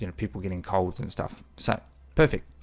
you know people getting colds and stuff. so perfect